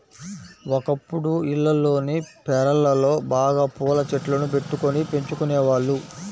ఒకప్పుడు ఇళ్లల్లోని పెరళ్ళలో బాగా పూల చెట్లను బెట్టుకొని పెంచుకునేవాళ్ళు